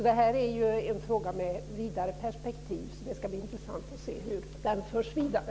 Det här är en fråga med ett vidare perspektiv. Det ska bli intressant att se hur den förs vidare.